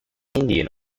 indian